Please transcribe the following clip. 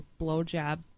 blowjob